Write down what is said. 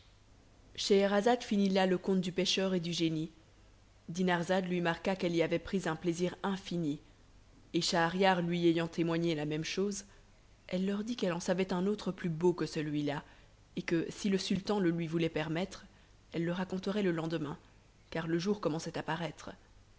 scheherazade finit là le conte du pêcheur et du génie dinarzade lui marqua qu'elle y avait pris un plaisir infini et schahriar lui ayant témoigné la même chose elle leur dit qu'elle en savait un autre plus beau que celui-là et que si le sultan le lui voulait permettre elle le raconterait le lendemain car le jour commençait à paraître